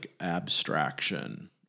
abstraction